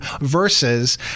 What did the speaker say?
versus